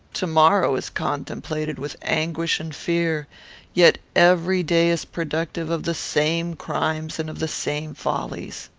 to-morrow is contemplated with anguish and fear yet every day is productive of the same crimes and of the same follies.